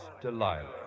Delilah